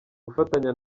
gufatanya